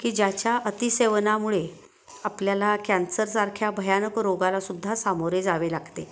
की ज्याच्या अतिसेवनामुळे आपल्याला कॅन्सरसारख्या भयानक रोगालासुद्धा सामोरे जावे लागते